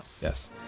Yes